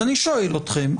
אז אני שואל אתכם,